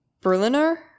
Berliner